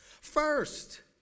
first